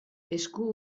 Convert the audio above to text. esku